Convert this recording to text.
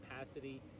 capacity